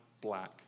black